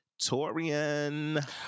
Torian